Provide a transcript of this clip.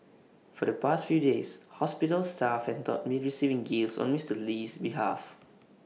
for the past few days hospital staff have not been receiving gifts on Mister Lee's behalf